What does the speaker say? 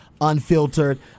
unfiltered